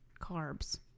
carbs